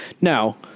Now